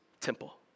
temple